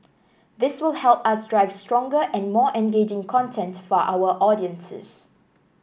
this will help us drive stronger and more engaging content for our audiences